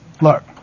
Look